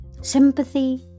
sympathy